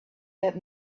that